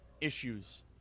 issues